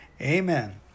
Amen